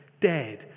dead